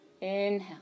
inhale